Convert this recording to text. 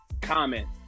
comment